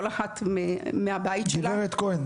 כל אחת מהבית שלה,